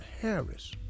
Harris